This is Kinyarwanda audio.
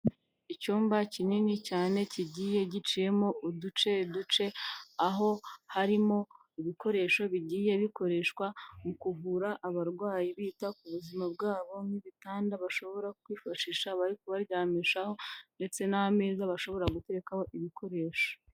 Icyumba kinini cyane kigiye giciyemo uduce duce, aho harimo ibikoresho bigiye bikoreshwa mu kuvura abarwayi bita ku buzima bwabo nk'ibitanda bashobora kwifashisha bari kubaryamishaho ndetse n'ameza bashobora guterekaho ibikoresho.